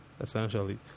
essentially